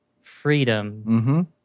freedom